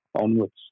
onwards